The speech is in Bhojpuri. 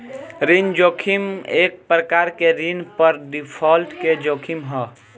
ऋण जोखिम एक प्रकार के ऋण पर डिफॉल्ट के जोखिम ह